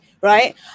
Right